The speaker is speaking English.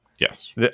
Yes